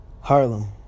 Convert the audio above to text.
Harlem